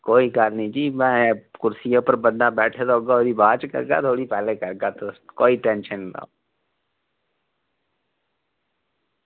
कोई गल्ल निं जी में कुर्सियै पर बंदा बैठे दा होग उसी बाद च थुआढ़ी पैह्ली बारी लाह्गा कोई टेंशन नेईं